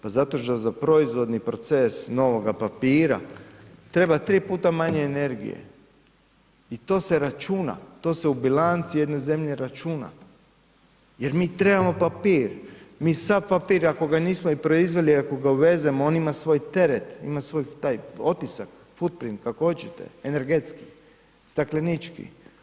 Pa zato što za proizvodni proces novoga papira treba tri puta manje energije i to se računa, to se u bilanci jedne zemlje računa jer mi trebamo papir, mi sav papir ako ga nismo i proizveli, ako ga uvezemo, on ima svoj teret, ima svoj taj otisak, futprint, kako oćete, energetski, staklenički.